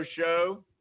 show